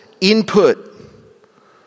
input